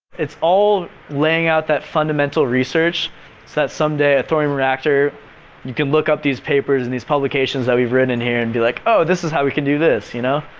it's all laying out that fundamental research so that someday a thorium reactor you can look up these papers and these publications that we've written and here and be like oh this is how we can do this, you know?